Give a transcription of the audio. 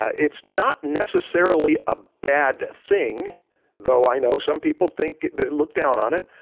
it's not necessarily a bad thing though i know some people think they look down on it.